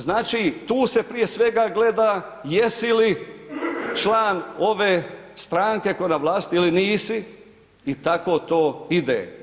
Znači tu se prije svega gleda jesi li član ove stranke koja je na vlasti ili nisi i tako to ide.